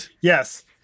yes